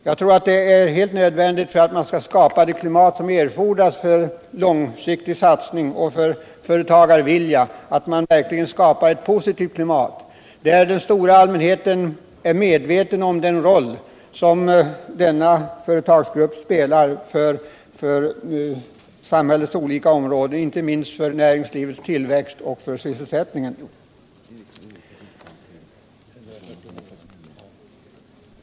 Det är enligt min mening nödvändigt för att åstadkomma långsiktiga satsningar och företagarvilja att man verkligen skapar ett positivt klimat, där den stora allmänheten är medveten om den roll som denna företagargrupp spelar för samhällets olika områden, inte minst för näringslivets tillväxt och för sysselsättningen.